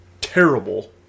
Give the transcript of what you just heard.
terrible